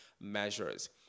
measures